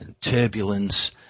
turbulence